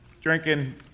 drinking